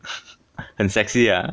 and sexy ah